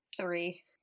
three